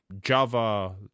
Java